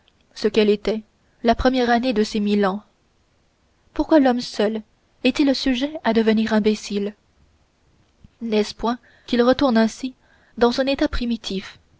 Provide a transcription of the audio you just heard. ce qu'elle était la première année de ces mille ans pourquoi l'homme seul est-il sujet à devenir imbécile n'est-ce point qu'il retourne ainsi dans son état primitif